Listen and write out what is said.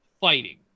fighting